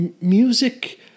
Music